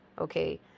okay